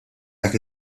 dak